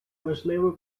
важливо